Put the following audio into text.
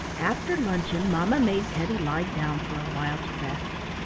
after luncheon mamma made teddy lie down for a while to rest.